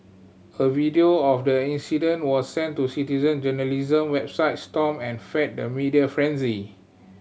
a video of the incident was sent to citizen journalism website Stomp and fed the media frenzy